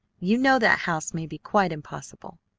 you know that house may be quite impossible.